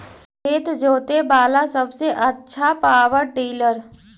खेत जोते बाला सबसे आछा पॉवर टिलर?